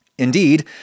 Indeed